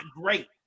great